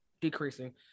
decreasing